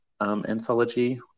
anthology